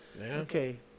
Okay